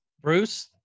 Bruce